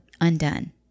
undone